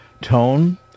tone